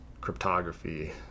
cryptography